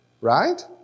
Right